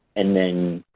and then,